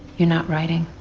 you're not writing